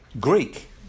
Greek